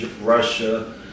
Russia